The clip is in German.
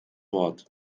wort